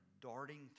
darting